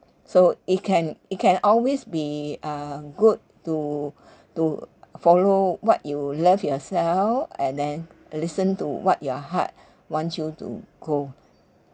so it can it can always be uh good to to follow what you love yourself and then uh listen to what your heart wants you to go